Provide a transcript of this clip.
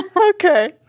Okay